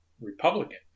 Republican